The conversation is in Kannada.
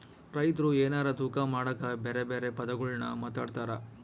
ರೈತ್ರು ಎನಾರ ತೂಕ ಮಾಡಕ ಬೆರೆ ಬೆರೆ ಪದಗುಳ್ನ ಮಾತಾಡ್ತಾರಾ